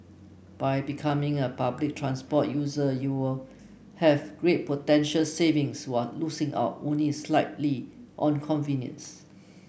by becoming a public transport user you will have great potential savings one losing out only slightly on convenience